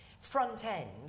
front-end